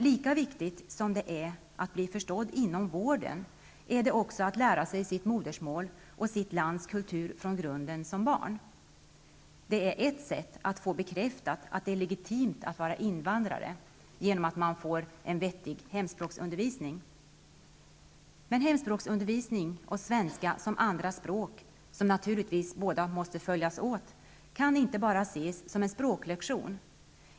Lika viktigt som det är att bli förstådd inom vården är det att få lära sig sitt modersmål och sitt lands kultur från grunden som barn. Ett sätt att få bekräftat att det är legitimt att vara invandrare är att man får en vettig hemspråksundervisning. Men hemspråksundervisning och svenska som andra språk, som naturligtvis båda måste följas åt, kan inte bara ses som en språklektion.